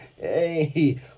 Hey